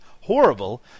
horrible